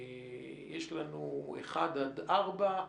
יש לנו את אחד עד ארבעה קילומטר,